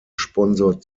sponsor